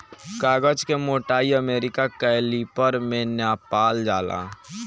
कागज के मोटाई अमेरिका कैलिपर में नापल जाला